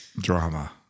drama